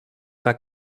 pas